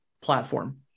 platform